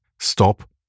stop